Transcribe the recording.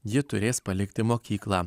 ji turės palikti mokyklą